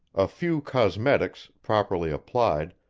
a few cosmetics, properly applied,